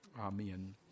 Amen